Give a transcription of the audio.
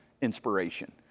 inspiration